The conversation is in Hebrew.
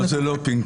לא, זה לא פינג-פונג.